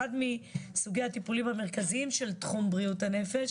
אחד מסוגי הטיפולים המרכזיים של תחום בריאות הנפש